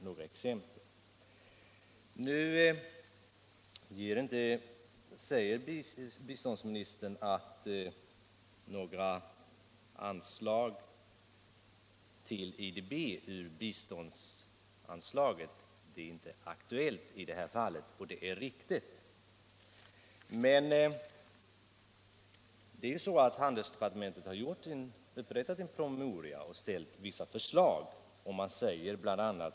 Nu säger biståndsministern att några bidrag till IDB ur biståndsanslaget inte är aktuella. Det är riktigt, men handelsdepartementet har ju upprättat en promemoria och ställt vissa förslag.